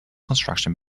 construction